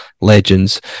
legends